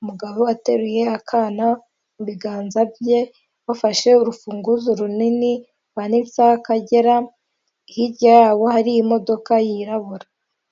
umugabo ateruye akana, mu biganza bye bafashe urufunguzo runini vanisa Akagera, hirya yawo hari imodoka yirabura.